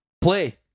play